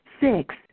six